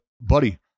buddy